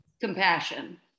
compassion